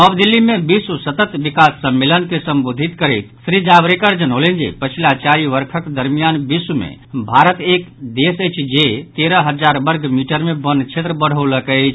नव दिल्ली मे विश्व सतत विकास सम्मेलन के संबोधित करैत श्री जावड़ेकर जनौलनि जे पछिला चारि वर्षक दरमियान विश्व मे भारत एक देश अछि जे तेरह हजार वर्ग मीटर मे वन क्षेत्र बढ़ौल अछि